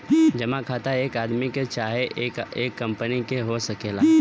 जमा खाता एक आदमी के चाहे एक कंपनी के हो सकेला